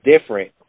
different